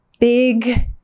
Big